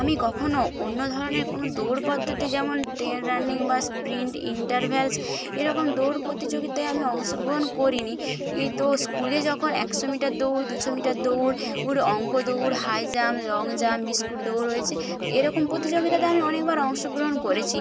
আমি কখনো অন্য ধরণের কোনো দৌড় পদ্ধতি যেমন ট্রেন রানিং বা স্প্রিন্ট ইন্টারভ্যালস এরকম দৌড় প্রতিযোগিতায় আমি অংশগ্রহণ করি নি তো স্কুলে যখন একশো মিটার দৌড় দুশো মিটার দৌড় অঙ্ক দৌড় high jump long jump biscuit দৌড় হয়েছে তো এরকম প্রতিযোগিতাতে আমি অনেকবার অংশগ্রহণ করেছি